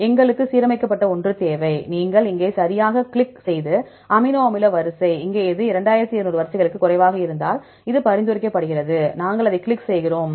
எனவே எங்களுக்கு சீரமைக்கப்பட்ட ஒன்று தேவை நீங்கள் இங்கே சரியாக கிளிக் செய்து இந்த அமினோ அமில வரிசை இங்கே இது 2200 வரிசைகளுக்கு குறைவாக இருந்தால் இது பரிந்துரைக்கப்படுகிறது நாங்கள் அதைக் கிளிக் செய்கிறோம்